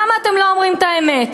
למה אתם לא אומרים את האמת?